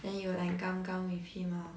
then you like gam gam with him ah